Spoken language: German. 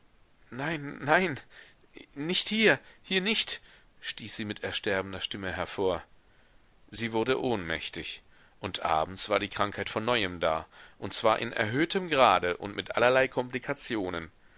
nein nein nicht hier hier nicht stieß sie mit ersterbender stimme hervor sie wurde ohnmächtig und abends war die krankheit von neuem da und zwar in erhöhtem grade und mit allerlei komplikationen